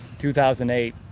2008